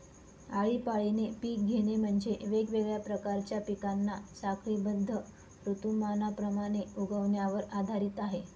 आळीपाळीने पिक घेणे म्हणजे, वेगवेगळ्या प्रकारच्या पिकांना साखळीबद्ध ऋतुमानाप्रमाणे उगवण्यावर आधारित आहे